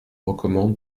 recommande